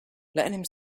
letting